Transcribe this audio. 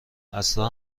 عصرا